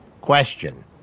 question